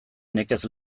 nekez